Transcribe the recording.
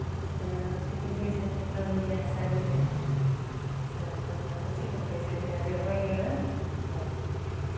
इतना नाचय कुदय छथिन लोग बियाह शादीमे सब कितना खुशी मनबय छथिन आओर जे होइ गेलनि तब